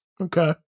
Okay